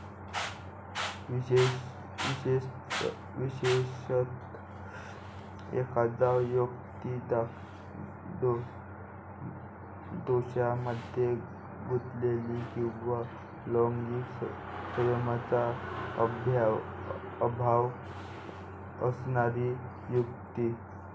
विशेषतः, एखादी व्यक्ती दोषांमध्ये गुंतलेली किंवा लैंगिक संयमाचा अभाव असणारी व्यक्ती